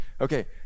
okay